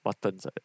Buttons